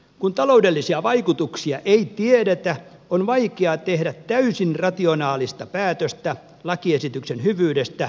kun taloudellisia vaikutuksia ei tiedetä on vaikea tehdä täysin rationaalista päätöstä lakiesityksen hyvyydestä